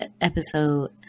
episode